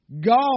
God